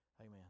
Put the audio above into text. Amen